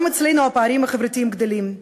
גם אצלנו הפערים החברתיים גדלים,